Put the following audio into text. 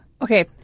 Okay